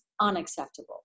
unacceptable